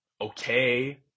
okay